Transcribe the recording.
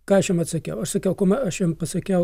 ką aš jam atsakiau aš sakiau kume aš jam pasakiau